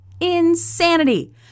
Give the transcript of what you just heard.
insanity